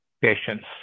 patience